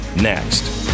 next